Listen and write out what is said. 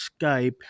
skype